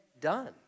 done